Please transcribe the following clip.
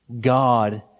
God